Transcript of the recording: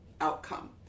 outcome